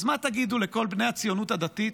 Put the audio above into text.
אז מה תגידו לכל בני הציונות הדתית?